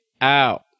out